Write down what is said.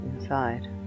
inside